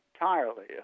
entirely